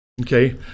Okay